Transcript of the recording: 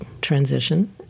transition